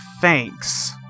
thanks